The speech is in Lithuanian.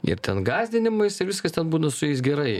ir ten gąsdinimais ir viskas ten būna su jais gerai